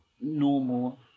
normal